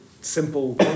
simple